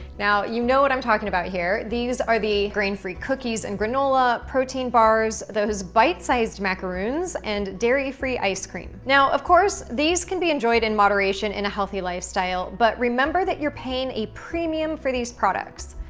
now you know what i'm talking about here. these are the grain-free cookies and granola, protein bars, those bite-sized macaroons, and dairy-free ice cream. now of course, these can be enjoyed in moderation in a healthy lifestyle, but remember that you're paying a premium for these products.